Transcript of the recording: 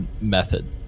method